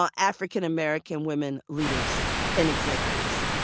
ah african-american women leaders and executives,